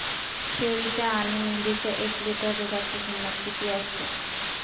शेळीच्या आणि मेंढीच्या एक लिटर दूधाची किंमत किती असते?